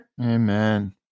Amen